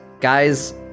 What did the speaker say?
guys